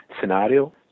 scenario